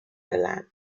milan